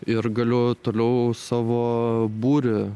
ir galiu toliau savo būrį